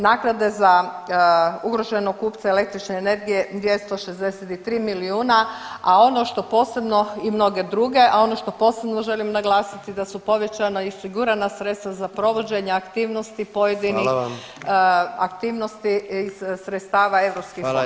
Naknade za ugroženog kupca električne energije 263 milijuna, a ono što posebno i mnoge druge, a ono što posebno želim naglasiti da su povećana i osigurana sredstava za provođenje aktivnosti pojedinih [[Upadica: Hvala vam.]] aktivnosti iz sredstva europskih fondova.